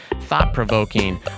thought-provoking